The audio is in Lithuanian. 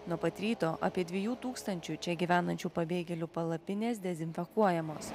nuo pat ryto apie dviejų tūkstančių čia gyvenančių pabėgėlių palapinės dezinfekuojamos